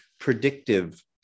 predictive